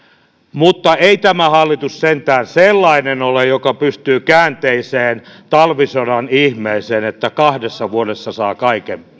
mutta ei tämä hallitus sentään sellainen ole joka pystyy käänteiseen talvisodan ihmeeseen että kahdessa vuodessa saa kaiken